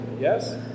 yes